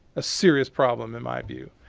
a serious problem, in my view.